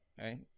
right